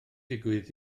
digwydd